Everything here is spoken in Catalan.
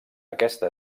aquesta